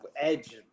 edge